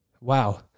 wow